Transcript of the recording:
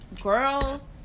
girls